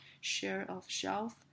share-of-shelf